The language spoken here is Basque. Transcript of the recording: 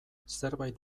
zerbait